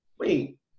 wait